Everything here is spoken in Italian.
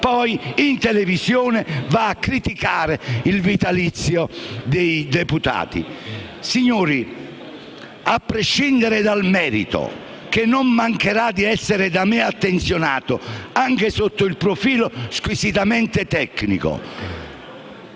poi in televisione va a criticare il vitalizio dei deputati. Signori, a prescindere dal merito, che non mancherà di essere da me attenzionato anche sotto il profilo squisitamente tecnico,